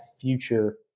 future